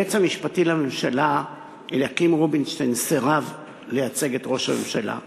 היועץ המשפטי לממשלה אליקים רובינשטיין סירב לייצג את ראש הממשלה,